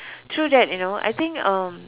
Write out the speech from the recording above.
true that you know I think uh